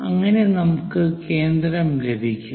അങ്ങനെ നമുക്ക് കേന്ദ്രം ലഭിക്കും